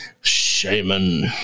Shaman